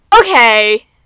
Okay